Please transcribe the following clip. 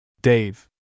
Dave